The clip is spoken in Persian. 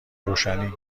روشنی